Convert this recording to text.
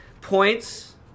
points